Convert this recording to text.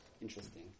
interesting